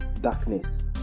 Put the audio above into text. darkness